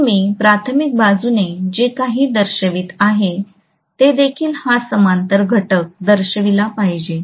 म्हणून मी प्राथमिक बाजूने जे काही दर्शवित आहे ते देखील हा समांतर घटक दर्शविला पाहिजे